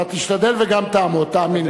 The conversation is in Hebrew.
אתה תשתדל וגם תעמוד, תאמין לי.